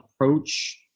approach